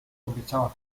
obiecała